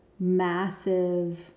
massive